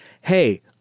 Hey